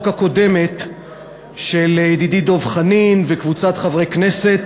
הקודמת של ידידי דב חנין וקבוצת חברי כנסת,